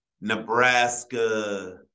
nebraska